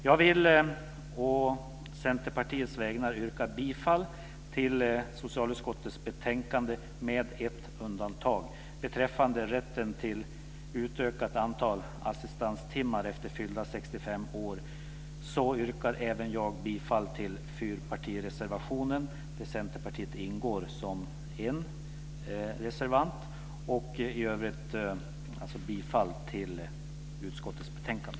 Jag vill å Centerpartiets vägnar yrka bifall till hemställan i socialutskottets betänkande med undantag beträffande rätten till utökat antal assistanstimmar efter det att man har fyllt 65 år. Där yrkar även jag bifall till fyrpartireservationen, där Centerpartiet ingår som en reservant. I övrigt yrkar jag alltså bifall till hemställan i utskottets betänkande.